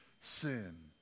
sin